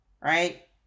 right